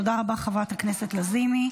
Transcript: תודה רבה, חברת הכנסת לזימי.